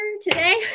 today